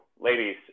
ladies